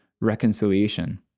reconciliation